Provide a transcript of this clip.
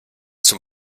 zum